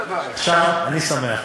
--- אני שמח.